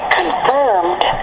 confirmed